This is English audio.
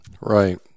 Right